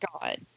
god